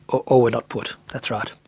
or were not put, that's right.